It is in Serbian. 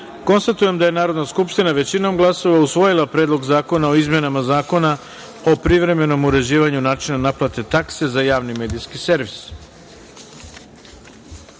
poslanika. Konstatujem da je Narodna skupština, većinom glasova, usvojila Predlog zakona o izmenama Zakona o privremenom uređivanju načina naplate takse za javni medijski servis.13.